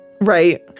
Right